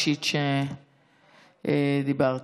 שאמרת.